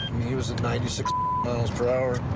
he was at ninety six miles per hour.